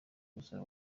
gusura